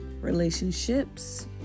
relationships